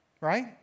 right